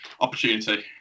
opportunity